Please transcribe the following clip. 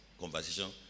conversation